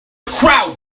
crowd